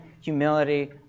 humility